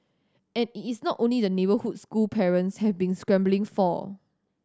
and it is not only the neighbourhood school parents have been scrambling for